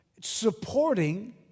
supporting